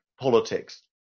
politics